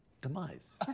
demise